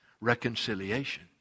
reconciliation